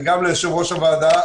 וגם ליושב-ראש הוועדה,